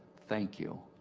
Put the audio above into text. thank you.